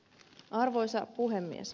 arvoisa puhemies